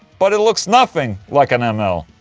but it looks nothing like an an ml.